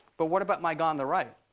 but what about my guy on the right?